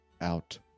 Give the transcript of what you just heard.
out